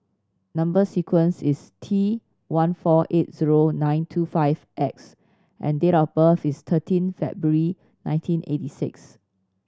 number sequence is T one four eight zero nine two five X and date of birth is thirteen February nineteen eighty six